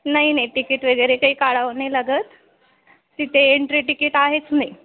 नाही नाही तिकीट वगैरे काही काढावं नाही लागत तिथे एंट्री तिकीट आहेच नाही